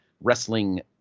wrestling